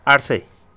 आठ सय